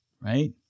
right